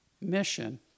mission